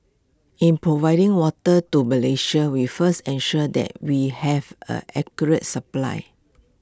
in providing water to Malaysia we first ensure that we have A accurate supply